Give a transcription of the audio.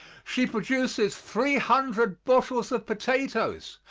she produces three hundred bushels of potatoes,